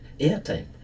airtime